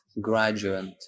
graduate